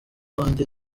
wanjye